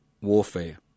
warfare